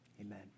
amen